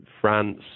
France